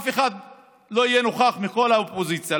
אף אחד לא יהיה נוכח מכל האופוזיציה,